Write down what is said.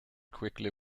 quickly